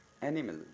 Animal